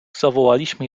zawołaliśmy